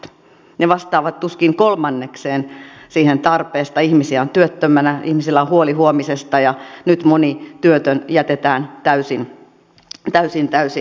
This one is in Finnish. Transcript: ne vastaavat tuskin kolmannekseen siitä tarpeesta ihmisiä on työttömänä ihmisillä on huoli huomisesta ja nyt moni työtön jätetään täysin täysin yksin